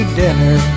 dinner